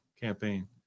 campaign